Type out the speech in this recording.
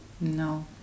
no